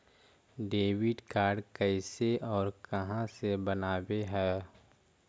Debit card कैसे और कहां से बनाबे है?